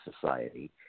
society